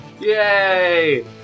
Yay